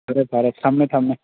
ꯐꯔꯦ ꯐꯔꯦ ꯊꯝꯃꯦ ꯊꯝꯃꯦ